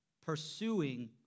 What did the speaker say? pursuing